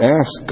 ask